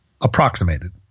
approximated